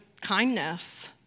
kindness